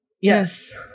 yes